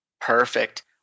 Perfect